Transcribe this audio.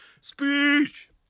speech